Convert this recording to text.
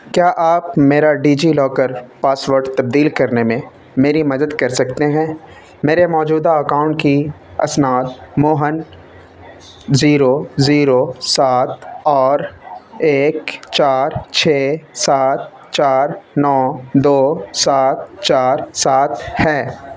کیا آپ میرا ڈی جی لاکر پاسورڈ تبدیل کرنے میں میری مدد کر سکتے ہیں میرے موجودہ اکاؤنٹ کی اسناد موہن زیرو زیرو سات اور ایک چار چھ سات چار نو دو سات چار سات ہیں